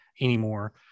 anymore